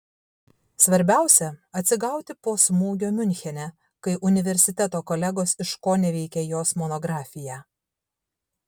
svarbiausia atsigauti po smūgio miunchene kai universiteto kolegos iškoneveikė jos monografiją